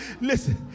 Listen